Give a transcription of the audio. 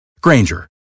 Granger